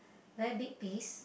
very big piece